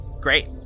Great